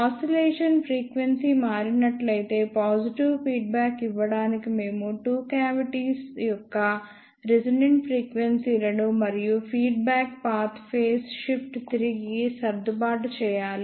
oscillation frequency మారినట్లయితే positive feedback ఇవ్వడానికి మేము టూ కావిటీస్ యొక్క రెసోనెంట్ ఫ్రీక్వెన్సీ లను మరియు ఫీడ్బ్యాక్ పాత్ ఫేజ్ షిఫ్ట్ను తిరిగి సర్దుబాటు చేయాలి